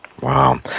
Wow